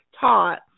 taught